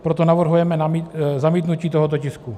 Proto navrhujeme zamítnutí tohoto tisku.